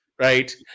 Right